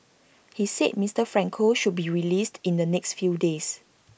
he said Mister Franco should be released in the next few days